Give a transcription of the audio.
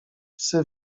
psy